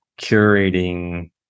curating